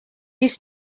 used